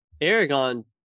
Aragon